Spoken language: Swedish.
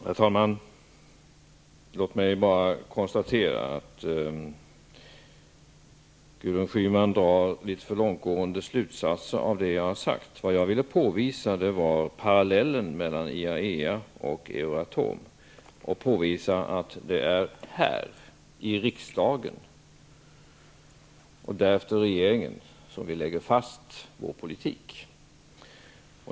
Herr talman! Låt mig bara konstatera att Gudrun Schyman drar litet för långtgående slutsatser av det jag har sagt. Vad jag ville påvisa var parallellen mellan IAEA och Euratom och påvisa att det är här i riksdagen och därefter i regeringen som vi lägger fast vår politik.